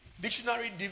Dictionary